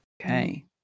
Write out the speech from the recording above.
Okay